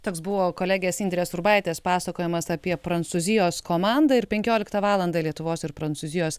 toks buvo kolegės indrės urbaitės pasakojimas apie prancūzijos komandą ir penkioliktą valandą lietuvos ir prancūzijos